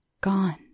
gone